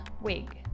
wig